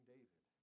David